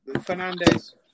Fernandez